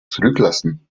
zurücklassen